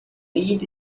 lead